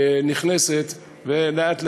ולכן,